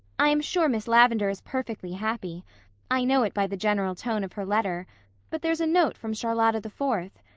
i am sure miss lavendar is perfectly happy i know it by the general tone of her letter but there's a note from charlotta the fourth.